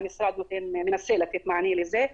והמשרד מנסה לתת מענה לזה.